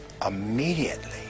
Immediately